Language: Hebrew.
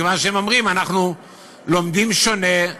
מכיוון שהם אומרים: אנחנו לומדים שונה,